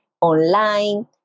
online